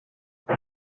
they